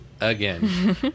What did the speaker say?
again